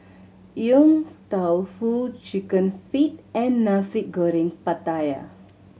Yong Tau Foo Chicken Feet and Nasi Goreng Pattaya